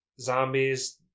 Zombies